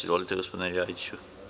Izvolite, gospodine Ljajiću.